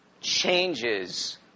changes